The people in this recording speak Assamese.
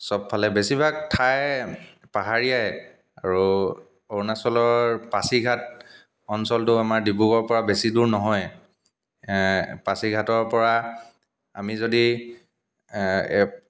সবফালে বেছিভাগ ঠাই পাহাৰীয়াই আৰু অৰুণাচলৰ পাছিঘাট অঞ্চলটো আমাৰ ডিব্ৰুগড় পৰা বেছি দূৰ নহয় পাছিঘাটৰ পৰা আমি যদি